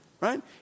Right